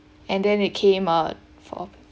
and then it came uh four